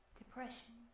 depression